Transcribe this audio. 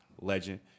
legend